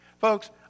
Folks